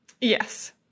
Yes